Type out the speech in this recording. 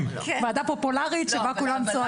ועדה פופולרית שבה כולם צועקים.